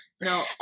no